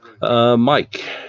Mike